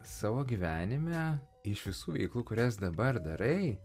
savo gyvenime iš visų veiklų kurias dabar darai